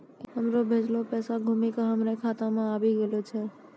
हमरो भेजलो पैसा घुमि के हमरे खाता मे आबि गेलो छै